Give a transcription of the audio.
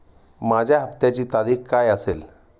माझ्या हप्त्याची तारीख काय असेल?